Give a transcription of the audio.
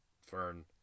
fern